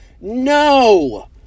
no